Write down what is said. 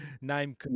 Name